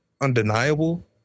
undeniable